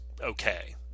okay